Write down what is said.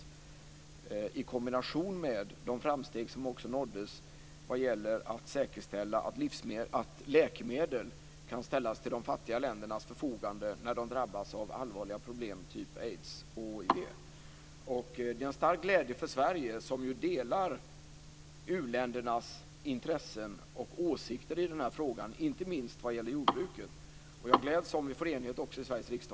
Till detta ska läggas de framsteg som nåddes vad gäller att säkerställa att läkemedel kan ställas till de fattiga ländernas förfogande när de drabbas av allvarliga problem typ aids och hiv. Det här är en stor glädje för Sverige, som ju delar u-ländernas intressen och åsikter i den här frågan inte minst vad gäller jordbruket. Jag gläds om vi får enighet om detta också i Sveriges riksdag.